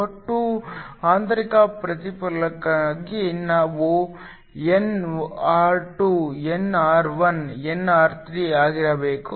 ಒಟ್ಟು ಆಂತರಿಕ ಪ್ರತಿಫಲನಕ್ಕಾಗಿ ನಾವು nr2 nr1 nr3 ಆಗಿರಬೇಕು